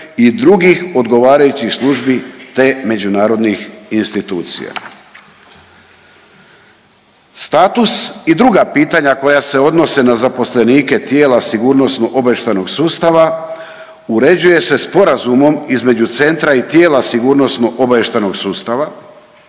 i drugih odgovarajućih službi te međunarodnih institucija. Status i druga pitanja koja se odnose na zaposlenike tijela sigurnosno-obavještajnog sustava uređuje se sporazumom između centra i tijela sigurnosno-obavještajnog sustava.